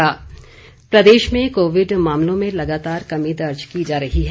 Covid प्रदेश प्रदेश में कोविड मामलों में लगातार कमी दर्ज की जा रही है